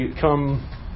come